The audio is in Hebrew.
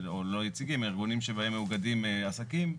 ארגוניים שבהם מאוגדים עסקים.